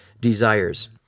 desires